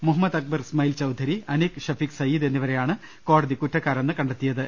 Muhammad Akbar Ismail Chaudhary Aneek Shafeeq Saeed എന്നിവരെയാണ് കോടതി കുറ്റക്കാരെന്ന് കണ്ടെത്തിയത്